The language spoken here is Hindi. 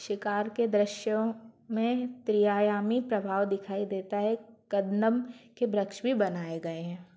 शिकार के दृश्यों में त्रियायामी प्रभाव दिखाई देता है कदनम के वृक्ष भी बनाए गए हैं